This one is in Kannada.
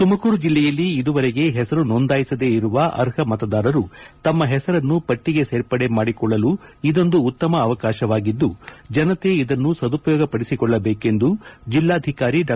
ತುಮಕೂರು ಜಿಲ್ಲೆಯಲ್ಲಿ ಇದುವರೆಗೆ ಹೆಸರು ನೊಂದಾಯಿಸಿದೆ ಇರುವ ಅರ್ಹ ಮತದಾರರು ತಮ್ಮ ಹೆಸರನ್ನು ಪಟ್ಟಿಗೆ ಸೇರ್ಪಡೆ ಮಾಡಿಕೊಳ್ಳಲು ಇದೊಂದು ಉತ್ತಮ ಅವಕಾಶವಾಗಿದ್ಲು ಜನತೆ ಇದನ್ನು ಸದುಪಯೋಗ ಪಡಿಸಿಕೊಳ್ಳಬೇಕೆಂದು ಜಿಲ್ಲಾಧಿಕಾರಿ ಡಾ